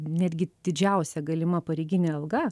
netgi didžiausia galima pareiginė alga